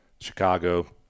Chicago